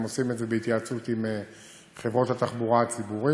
הם עושים את זה בהתייעצות עם חברות התחבורה הציבורית.